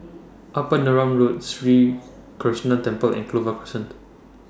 Upper Neram Road Sri Krishnan Temple and Clover Crescent